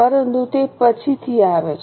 પરંતુ તે પછીથી આવે છે